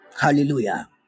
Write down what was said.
Hallelujah